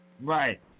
Right